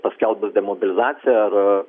paskelbus demobilizaciją ar